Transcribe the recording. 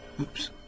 Oops